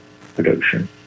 production